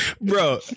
bro